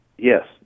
Yes